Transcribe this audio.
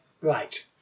Right